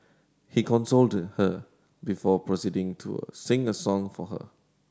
he consoled her before proceeding to sing a song for her